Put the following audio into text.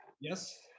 Yes